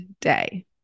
day